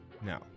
No